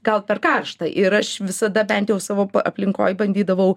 gal per karšta ir aš visada bent jau savo aplinkoj bandydavau